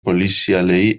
polizialei